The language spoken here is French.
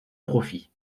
profits